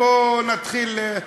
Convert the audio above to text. בואו נתחיל,